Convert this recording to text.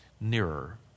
Nearer